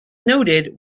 noted